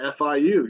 FIU